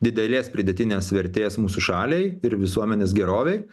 didelės pridėtinės vertės mūsų šaliai ir visuomenės gerovei